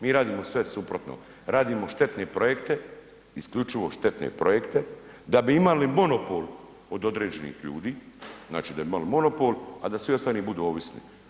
Mi radimo sve suprotno, radimo štetne projekte, isključivo štetne projekte da bi imali monopol od određenih ljudi, znači da bi imali monopol, a da svi ostali budu ovisni.